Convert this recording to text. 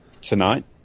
tonight